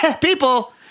People